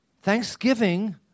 thanksgiving